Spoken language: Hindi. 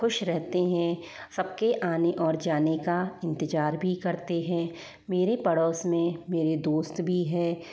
खुश रहते हैं सब के आने और जाने का इंतजार भी करते हैं मेरे पड़ोस में मेरे दोस्त भी हैं